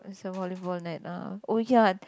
is a volleyball net ah oh ya